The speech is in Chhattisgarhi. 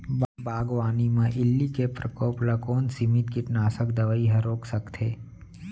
बागवानी म इल्ली के प्रकोप ल कोन सीमित कीटनाशक दवई ह रोक सकथे?